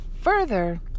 further